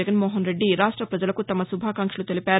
జగన్మోహన్రెడ్డి రాష్ట ప్రజలకు తమ శుభాకాంక్షలు తెలిపారు